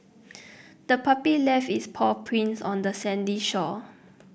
the puppy left its paw prints on the sandy shore